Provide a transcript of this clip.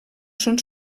són